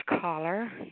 caller